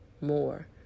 more